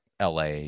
LA